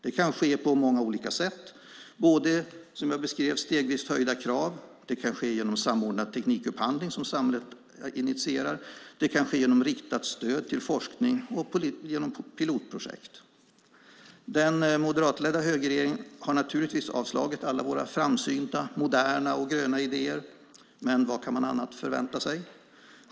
Det kan ske på många olika sätt - genom stegvis höjda krav, genom samordnad teknikupphandling som samhället initierar, genom riktat stöd till forskning och genom pilotprojekt. Den moderatledda högerregeringen har naturligtvis avslagit alla våra framsynta, moderna och gröna idéer, men vad annat kan man förvänta sig?